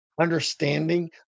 understanding